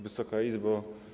Wysoka Izbo!